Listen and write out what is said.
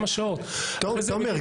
תומר,